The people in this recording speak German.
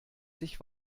sich